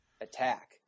attack